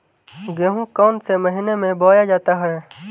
गेहूँ कौन से महीने में बोया जाता है?